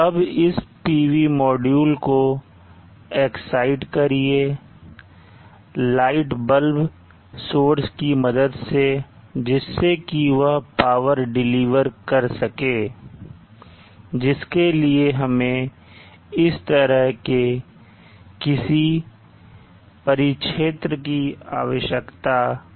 अब इस PV module को excite करिए लाइट सोर्स के मदद से जिससे कि वह पावर डिलीवर कर सके जिसके लिए हमें इस तरह के किसी परिक्षेत्र की आवश्यकता है